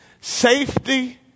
Safety